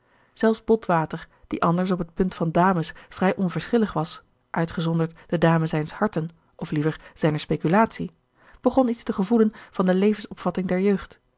zelfs botwater die anders op het punt van dames vrij onverschillig was uitgezonderd de dame zijns harten of liever zijner speculatie begon iets te gevoelen van de levensopvatting der jeugd